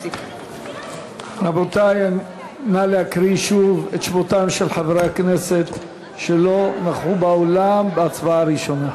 נא להקריא שוב את שמות חברי הכנסת שלא נכחו באולם בהצבעה הראשונה.